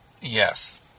Yes